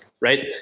right